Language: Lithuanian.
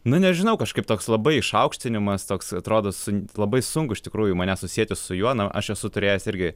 nu nežinau kažkaip toks labai išaukštinimas toks atrodo su labai sunku iš tikrųjų mane susieti su juo aš esu turėjęs irgi